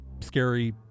scary